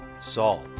salt